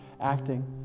acting